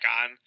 on